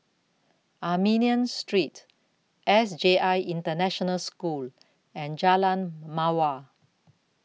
Armenian Street S J I International School and Jalan Mawar